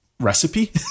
recipe